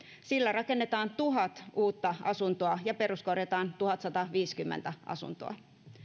sillä rakennetaan tuhat uutta asuntoa ja peruskorjataan tuhatsataviisikymmentä asuntoa